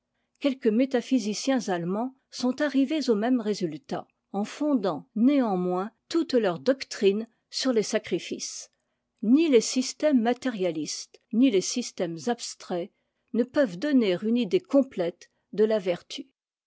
quelques métaphysiciens allemands sont arrivés au même résultat en fondant néanmoins toute leur doctrine sur les sacrifices ni les systèmes matérialistes ni les systèmes abstraits ne peuvent donner une idée complète de la vertu